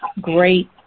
great